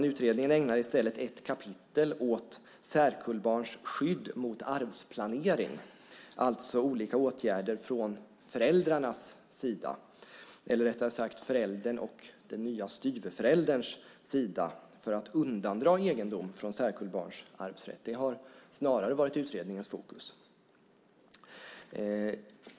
Utredningen ägnar i stället ett kapitel åt särkullbarns skydd mot arvsplanering, det vill säga olika åtgärder från föräldrarnas sida - eller rättare sagt från förälderns och den nya styvförälderns sida - för att undandra egendom från särkullbarns arvsrätt. Det har snarare varit utredningens fokus.